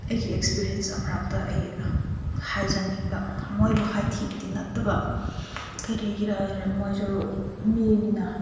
ꯑꯩꯒꯤ ꯑꯦꯛꯁꯄꯤꯔꯤꯌꯦꯟꯁ ꯑꯃꯔꯛꯇ ꯑꯩ ꯍꯥꯏꯖꯅꯤꯡꯕ ꯃꯣꯏꯕꯨ ꯍꯥꯏꯊꯤꯕꯗꯤ ꯅꯠꯇꯕ ꯀꯔꯤꯒꯤꯔ ꯍꯥꯏꯔ ꯃꯣꯏꯁꯨ ꯃꯤꯅꯤꯅ